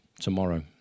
tomorrow